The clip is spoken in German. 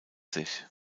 sich